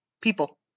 People